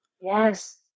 yes